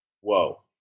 whoa